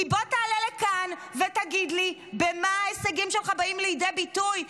כי בוא תעלה לכאן ותגיד לי: במה ההישגים שלך באים לידי ביטוי?